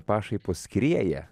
pašaipos skrieja